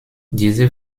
diese